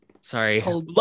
Sorry